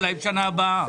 אולי בשנה הבאה.